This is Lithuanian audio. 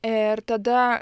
ir tada